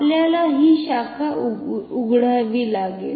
आपल्याला ही शाखा उघडावी लागेल